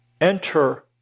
enter